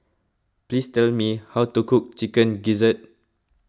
please tell me how to cook Chicken Gizzard